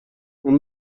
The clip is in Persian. اون